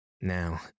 Now